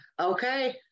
okay